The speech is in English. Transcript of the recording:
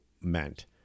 meant